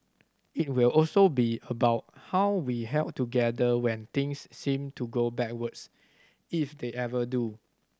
it will also be about how we held together when things seemed to go backwards if they ever do